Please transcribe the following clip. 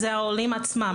זה העולים עצמם.